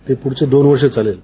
ते पुढंचे दोन वर्ष चालेल